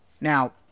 Now